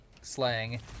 slang